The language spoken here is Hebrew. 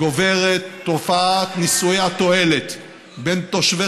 גוברת תופעת נישואי התועלת בין תושבי